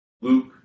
Luke